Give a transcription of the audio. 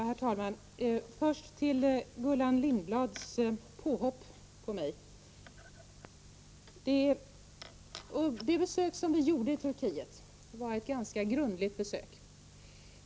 Herr talman! Först till Gullan Lindblads påhopp på mig. Det besök som vi gjorde i Turkiet var ganska grundligt.